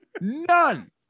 None